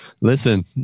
listen